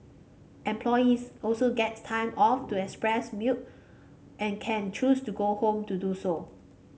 employees also get time off to express milk and can choose to go home to do so